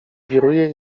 wiruje